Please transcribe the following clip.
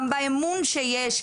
גם באמון שיש,